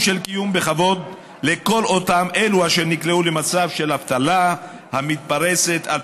של קיום בכבוד לכל אלו אשר נקלעו למצב של אבטלה המתפרסת על